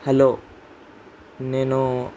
hello నేను